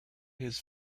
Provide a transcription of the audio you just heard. his